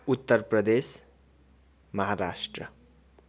Uttar Pradesh Maharashtra